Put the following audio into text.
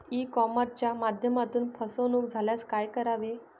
E कॉमर्सच्या माध्यमातून फसवणूक झाल्यास काय करावे?